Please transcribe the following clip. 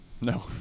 No